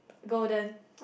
golden